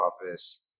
office